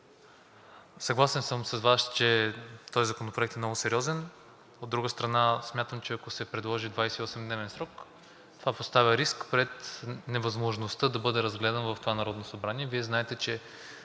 съгласен съм с Вас, че този законопроект е много сериозен. От друга страна, смятам, че ако се предложи 28-дневен срок, това поставя в риск пред невъзможността да бъде разгледан в това Народно събрание. Вие знаете, че